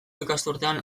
ikasturtean